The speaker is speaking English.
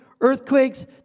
earthquakes